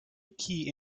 key